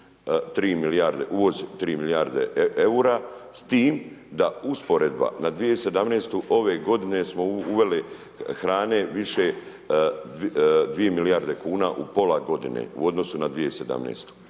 uvoz 3 milijarde eura, s tim da usporedba na 2017. ove godine smo uveli hrane više 2 milijarde kuna u pola godine u odnosu na 2017.